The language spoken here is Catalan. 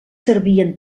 servien